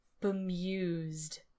bemused